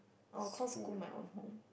I'll call school my own home